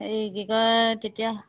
এই কি কয় তেতিয়া